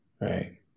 right